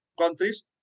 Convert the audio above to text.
countries